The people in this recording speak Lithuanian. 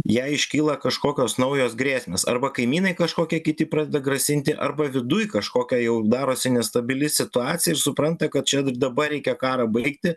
jai iškyla kažkokios naujos grėsmės arba kaimynai kažkokie kiti pradeda grasinti arba viduj kažkokia jau darosi nestabili situacija ir supranta kad čia dabar reikia karą baigti